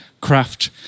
craft